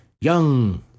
Young